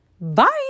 Bye